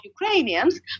Ukrainians